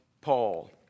Paul